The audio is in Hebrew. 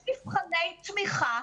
יש מבחני תמיכה